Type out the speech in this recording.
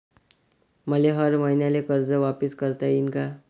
मले हर मईन्याले कर्ज वापिस करता येईन का?